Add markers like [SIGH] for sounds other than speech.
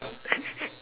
[LAUGHS]